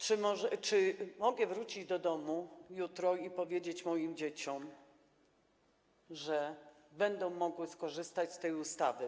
Czy mogę wrócić do domu jutro i powiedzieć moim dzieciom, że będą mogły skorzystać z tej ustawy?